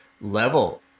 level